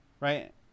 right